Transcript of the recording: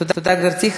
תודה, גברתי.